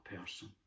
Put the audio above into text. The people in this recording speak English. person